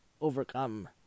overcome